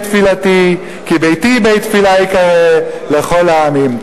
תפילתי כי ביתי בית תפילה ייקרא לכל העמים.